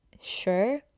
sure